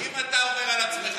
אם אתה אומר על עצמך,